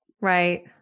right